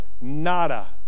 nada